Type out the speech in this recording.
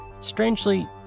Strangely